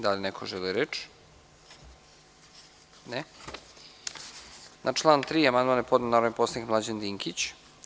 Da li neko želi reč? (Ne.) Na član 3. amandman je podneo narodni poslanik Mlađan Dinkić.